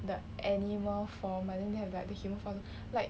the animal form but then they have like the human form like